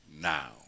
now